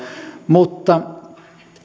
mutta